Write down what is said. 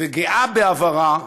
וגאה בעברה,